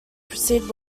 proceed